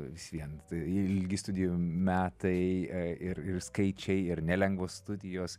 vis vien tai ilgi studijų metai ir ir skaičiai ir nelengvos studijos